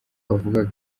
bavugaga